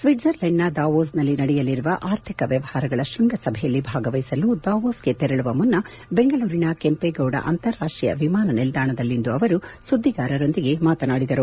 ಸ್ವಿಟ್ಟರ್ಲೆಂಡ್ನ ದಾವೋಸ್ನಲ್ಲಿ ನಡೆಯಲಿರುವ ಆರ್ಥಿಕ ವ್ಯವಹಾರಗಳ ಶೃಂಗಸಭೆಯಲ್ಲಿ ಭಾಗವಹಿಸಲು ದಾವೋಸ್ಗೆ ತೆರಳುವ ಮುನ್ನ ಕೆಂಪೇಗೌಡ ಅಂತಾರಾಷ್ಷೀಯ ವಿಮಾನ ನಿಲ್ದಾಣದಲ್ಲಿಂದು ಅವರು ಸುದ್ದಿಗಾರರೊಂದಿಗೆ ಮಾತನಾಡಿದರು